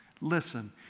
listen